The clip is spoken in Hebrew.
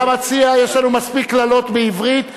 אני מציע, יש לנו מספיק קללות בעברית ובפוליטיקה.